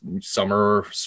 summer